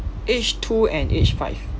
age two and age five